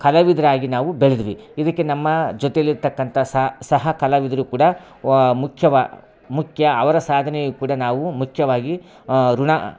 ಕಲಾವಿದರಾಗಿ ನಾವು ಬೆಳೆದ್ವು ಇದಕ್ಕೆ ನಮ್ಮ ಜೊತೇಲಿ ಇರತಕ್ಕಂಥ ಸಹಕಲಾವಿದರು ಕೂಡ ವಾ ಮುಖ್ಯವಾ ಮುಖ್ಯ ಅವರ ಸಾಧನೆಯು ಕೂಡ ನಾವು ಮುಖ್ಯವಾಗಿ ಋಣ